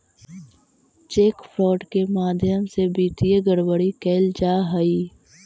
cheque fraud के माध्यम से वित्तीय गड़बड़ी कैल जा हइ